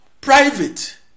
private